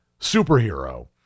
superhero